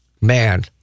Man